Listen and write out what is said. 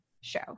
show